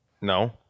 No